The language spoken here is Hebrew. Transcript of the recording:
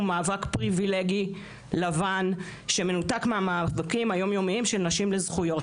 הוא מאבק פריבילגי לבן שמנותק מהמאבקים היום יומיים של נשים לזכויות,